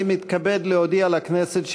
אני מתכבד להודיע לכנסת,